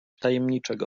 tajemniczego